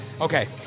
Okay